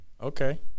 Okay